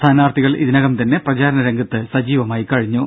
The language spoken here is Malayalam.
സ്ഥാനാർത്ഥികൾ ഇതിനകം തന്നെ പ്രചാരണരംഗത്ത് സജീവമായി കഴിഞ്ഞു